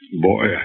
Boy